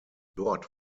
dort